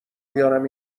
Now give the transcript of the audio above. بیارم